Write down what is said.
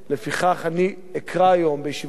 לפיכך אני אקרא היום בישיבת הסיעה,